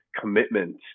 commitment